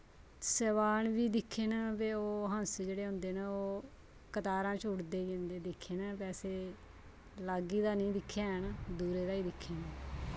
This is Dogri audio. सैह्वान बी दिक्खे न ते जेह्ड़े हंस ओह् कताबां बिच्च उडदे जंदे दिक्खे न बैसे लाग्गे दा निं दिक्खे हैन दूरा दा गै दिक्खे न